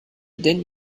denn